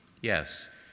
Yes